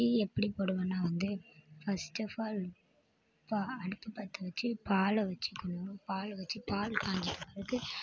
tea எப்படி போடுவேன்னால் வந்து ஃபஸ்ட் ஃடாப் ஆல் இப்போ அடுப்பை பற்ற வச்சு பாலை வச்சுக்கணும் பாலை வச்சு பால் காஞ்ச பிறகு